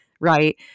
right